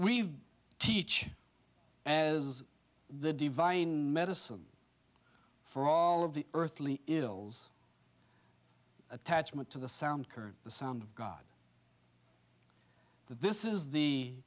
we teach as the divine medicine for all of the earthly ills attachment to the sound current the sound of god that this is the